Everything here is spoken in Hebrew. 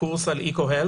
קורס על Eco Health